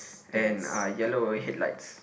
and uh yellow headlights